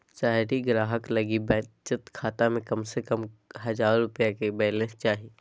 शहरी ग्राहक लगी बचत खाता में कम से कम हजार रुपया के बैलेंस चाही